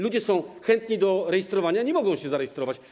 Ludzie są chętni do rejestrowania, a nie mogą się zarejestrować.